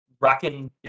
rocking